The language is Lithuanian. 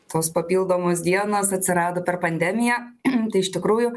tos papildomos dienos atsirado per pandemiją tai iš tikrųjų